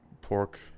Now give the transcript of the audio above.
pork